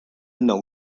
nou